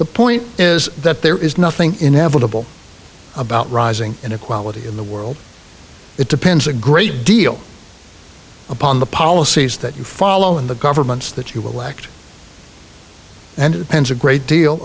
the point is that there is nothing inevitable about rising inequality in the world it depends a great deal upon the policies that you follow in the governments that you will act and appends a great deal